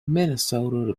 minnesota